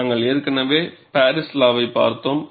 நாங்கள் ஏற்கனவே பாரிஸ் லாவை பார்த்தோம்